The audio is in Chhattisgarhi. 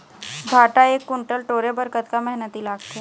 भांटा एक कुन्टल टोरे बर कतका मेहनती लागथे?